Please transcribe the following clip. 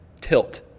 tilt